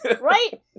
Right